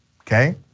okay